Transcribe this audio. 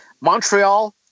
Montreal